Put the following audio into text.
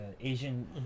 Asian